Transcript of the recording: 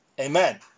amen